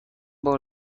بار